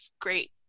great